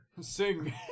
Sing